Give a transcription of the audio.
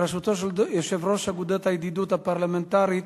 בראשותו של יושב-ראש אגודת הידידות הפרלמנטרית